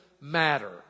matter